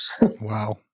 Wow